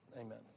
Amen